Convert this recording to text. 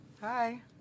Hi